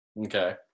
Okay